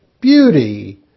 beauty